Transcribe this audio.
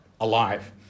alive